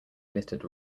littered